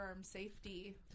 safety